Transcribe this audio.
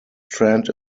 trend